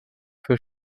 für